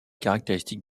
caractéristiques